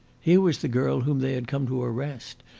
here was the girl whom they had come to arrest,